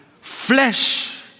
flesh